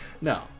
no